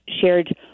shared